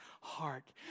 heart